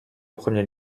premiers